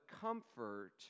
comfort